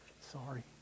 sorry